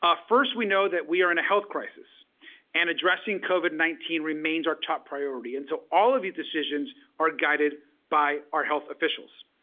ah first, we know that we are in a health crisis and addressing covid nineteen remains our top priority and so all of these decisions are guided by our health officials.